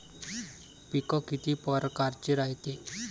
पिकं किती परकारचे रायते?